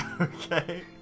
Okay